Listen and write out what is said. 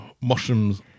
mushrooms